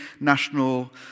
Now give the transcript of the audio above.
national